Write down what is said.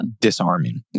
disarming